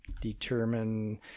determine